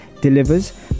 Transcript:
delivers